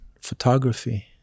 photography